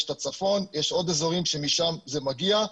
יש את הצפון ויש עוד אזורים שמשם זה מגיע.